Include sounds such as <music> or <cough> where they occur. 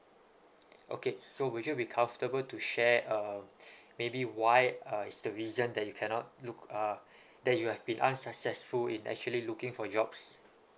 okay so would you be comfortable to share um <breath> maybe why uh is the reason that you cannot look uh that you have been unsuccessful in actually looking for jobs